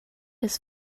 his